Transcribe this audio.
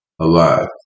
alive